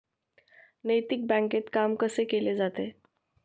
नैतिक बँकेत काम कसे केले जाते?